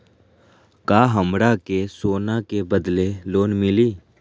का हमरा के सोना के बदले लोन मिलि?